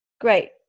Great